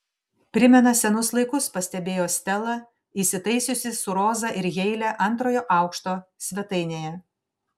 primena senus laikus pastebėjo stela įsitaisiusi su roza ir heile antrojo aukšto svetainėje